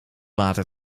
water